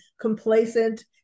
complacent